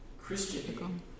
Christian